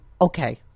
okay